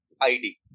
ID